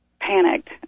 panicked